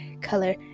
color